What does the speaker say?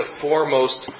foremost